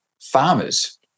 farmers